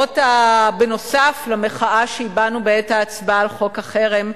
בנוסף למחאה שהבענו בעת ההצבעה על חוק החרם,